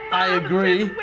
i agree!